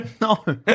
No